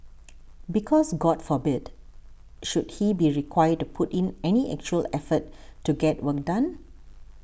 because god forbid should he be required to put in any actual effort to get work done